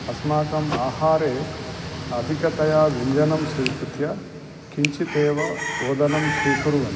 अस्माकम् आहारे अधिकतया व्यञ्जनं स्वीकृत्य किञ्चिदेव ओदनं स्वीकुर्वन्ति